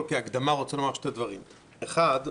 כהקדמה אני רוצה לומר שני דברים: אחד,